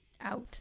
Out